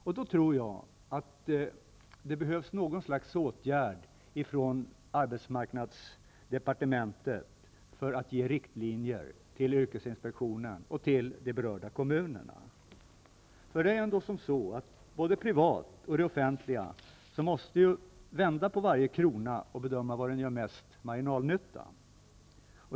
Jag tror att det då behövs något slags åtgärd från arbetsmarknadsdepartementet för att ge yrkesinspektionen och berörda kommuner riktlinjer. Både privat och inom det offentliga är det nödvändigt att vända på varje krona och bedöma var den gör den största marginalnyttan.